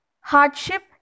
Hardship